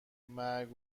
مرگ